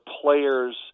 players